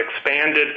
expanded